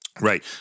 Right